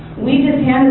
we just